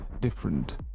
different